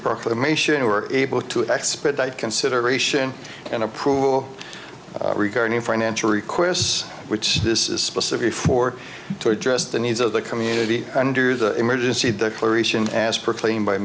proclamation were able to expedite consideration and approval regarding financial requests which this is specifically for to address the needs of the community under the emergency declaration as proclaimed by